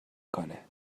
کنه